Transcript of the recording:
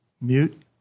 mute